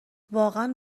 واقعا